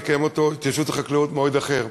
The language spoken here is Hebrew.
ונקיים אותו במועד אחר.